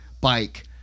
bike